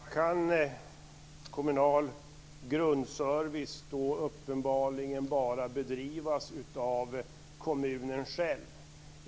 Herr talman! Då kan kommunal grundservice uppenbarligen bara bedrivas av kommunen själv.